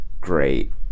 great